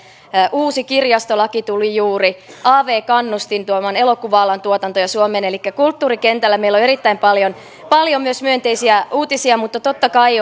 uusi kirjastolaki tuli juuri ja av kannustin tuomaan elokuva alan tuotantoja suomeen elikkä kulttuurikentällä meillä on erittäin paljon paljon myös myönteisiä uutisia mutta totta kai